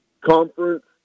conference